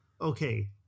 okay